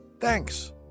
Thanks